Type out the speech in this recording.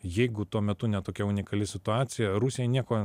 jeigu tuo metu ne tokia unikali situacija rusijai nieko